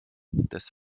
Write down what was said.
des